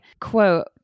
quote